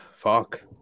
Fuck